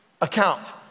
account